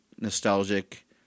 nostalgic